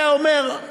היה אומר: